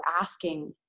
asking